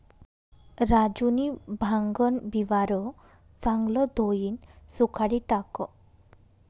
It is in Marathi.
राजूनी भांगन बिवारं चांगलं धोयीन सुखाडी टाकं